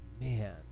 man